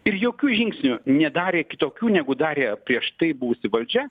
ir jokių žingsnių nedarė kitokių negu darė prieš tai buvusi valdžia